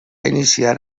iniciar